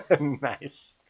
Nice